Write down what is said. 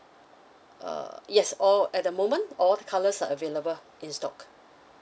uh yes all at the moment all colours are available in stock